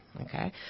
Okay